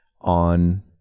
on